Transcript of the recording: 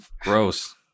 gross